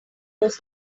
those